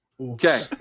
Okay